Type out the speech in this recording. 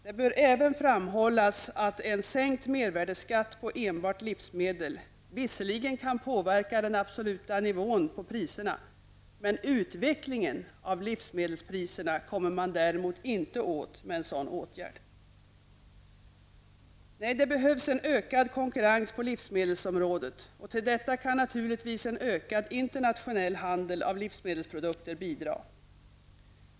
Det bör även framhållas att en sänkt mervärdeskatt på enbart livsmedel visserligen kan påverka den absoluta nivån på dessa priser, men utvecklingen av livsmedelspriserna kommer man däremot inte åt med en sådan åtgärd. Nej, det behövs en ökad konkurrens på livsmedelsområdet, och till detta kan naturligtvis en ökad internationell handel av livsmedelsprodukter bidra.